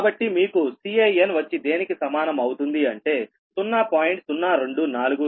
కాబట్టి మీకు Can వచ్చి దేనికి సమానం అవుతుంది అంటే log0